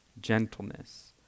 gentleness